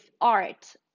art